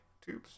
tubes